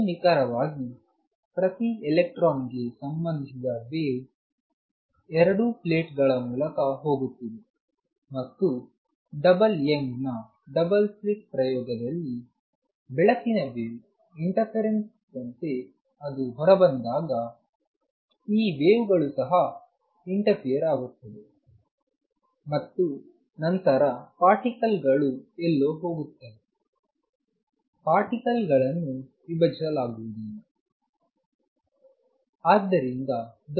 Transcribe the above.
ಹೆಚ್ಚು ನಿಖರವಾಗಿ ಪ್ರತಿ ಎಲೆಕ್ಟ್ರಾನ್ಗೆ ಸಂಬಂಧಿಸಿದ ವೇವ್ ಎರಡೂ ಪ್ಲೇಟ್ಗಳ ಮೂಲಕ ಹೋಗುತ್ತದೆ ಮತ್ತು ಡಬಲ್ ಯಂಗ್ನ ಡಬಲ್ ಸ್ಲಿಟ್ ಪ್ರಯೋಗದಲ್ಲಿ ಬೆಳಕಿನ ವೇವ್ ಇಂಟರ್ಫೆರೆನ್ಸ್ ದಂತೆ ಅದು ಹೊರಬಂದಾಗ ಈ ವೇವ್ ಗಳು ಸಹ ಇಂಟರ್ಫಿಯರ್ ಆಗುತ್ತವೆ ಮತ್ತು ನಂತರ ಪಾರ್ಟಿಕಲ್ಗಳು ಎಲ್ಲೋ ಹೋಗುತ್ತವೆ ಪಾರ್ಟಿಕಲ್ ಅನ್ನು ವಿಭಜಿಸಲಾಗುವುದಿಲ್ಲ